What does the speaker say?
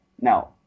Now